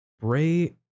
Bray